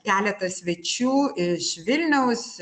keletą svečių iš vilniaus